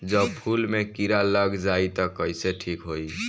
जब फूल मे किरा लग जाई त कइसे ठिक होई?